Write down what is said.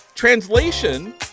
Translation